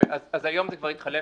אז החלפנו